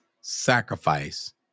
sacrifice